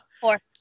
Four